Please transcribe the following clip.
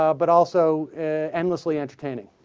ah but also endlessly entertaining